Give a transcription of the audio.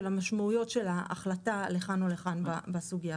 המשמעויות של ההחלטה לכאן או לכאן בסוגיה הזאת.